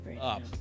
up